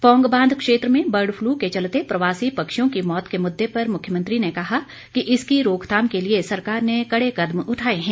पौंग बांध क्षेत्र में बर्ड फ्लू के चलते प्रवासी पक्षियों की मौत के मुद्दे पर मुख्यमंत्री ने कहा कि इसकी रोकथाम के लिए सरकार ने कड़े कदम उठाए हैं